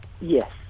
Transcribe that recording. Yes